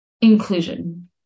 inclusion